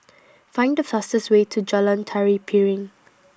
Find The fastest Way to Jalan Tari Piring